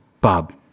Bob